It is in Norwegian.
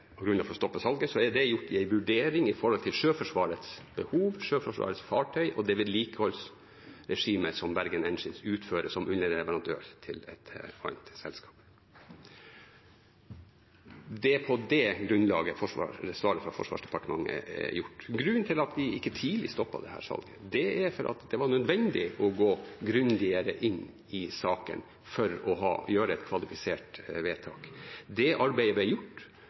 å stoppe salget, er det gjort i en vurdering opp mot Sjøforsvarets behov, Sjøforsvarets fartøy og det vedlikeholdsregimet som Bergen Engines utfører som underleverandør til et annet selskap. Det er på det grunnlaget svaret fra Forsvarsdepartementet er gitt. Grunnen til at vi ikke tidlig stoppet dette salget, er at det var nødvendig å gå grundigere inn i saken for å gjøre et kvalifisert vedtak. Det arbeidet ble gjort,